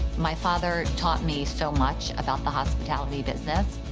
my father taught me so much about the hospitality business,